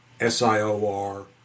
SIOR